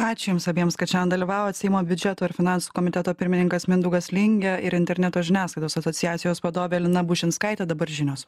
ačiū jums abiems kad šiam dalyvavot seimo biudžeto ir finansų komiteto pirmininkas mindaugas lingė ir interneto žiniasklaidos asociacijos vadovė lina bušinskaitė dabar žinios